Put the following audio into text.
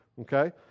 Okay